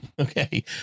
okay